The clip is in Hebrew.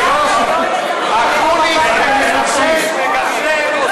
לסכסך, לא, לא, דווקא לאחר, מגשר עושה שלום,